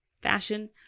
fashion